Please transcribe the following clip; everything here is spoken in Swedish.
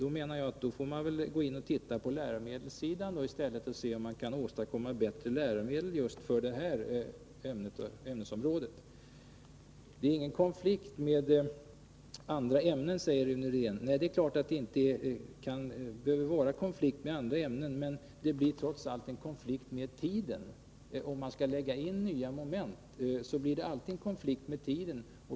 Då menar jag att man i stället får se på läromedelssidan och undersöka om man kan få fram bättre läromedel för det här ämnesområdet. Rune Rydén säger att det inte är någon konflikt med andra ämnen. Det är klart att det inte behöver vara det, men det blir trots allt en konflikt med tiden. Skall man lägga in nya moment, blir det alltid en konflikt med tiden.